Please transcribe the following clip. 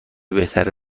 بهتره